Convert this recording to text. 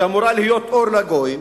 שאמורה להיות אור לגויים,